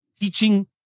teaching